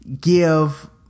give